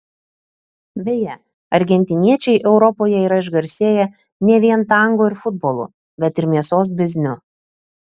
beje argentiniečiai europoje yra išgarsėję ne vien tango ir futbolu bet ir mėsos bizniu